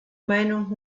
meinung